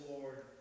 Lord